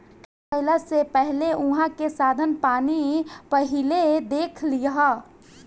खेती कईला से पहिले उहाँ के साधन पानी पहिले देख लिहअ